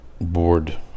board